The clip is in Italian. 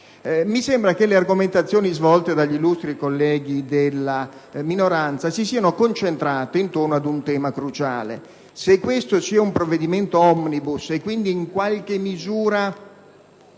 Mi sembra che le argomentazioni svolte dagli illustri colleghi della minoranza si siano concentrate intorno ad un tema cruciale: se questo sia un provvedimento *omnibus* e, quindi se in qualche misura